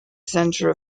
center